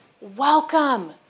Welcome